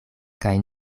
kaj